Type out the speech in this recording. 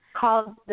called